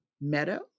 meadow